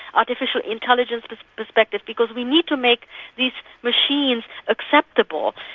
artificial intelligence perspective, because we need to make these machines acceptable.